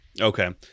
okay